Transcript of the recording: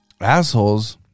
assholes